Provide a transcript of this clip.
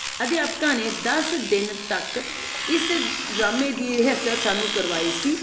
ਅਧਿਆਪਕਾਂ ਨੇ ਦਸ ਦਿਨ ਤੱਕ ਇਸ ਡਰਾਮੇ ਦੀ ਰਿਹਰਸਲ ਸਾਨੂੰ ਕਰਵਾਈ ਸੀ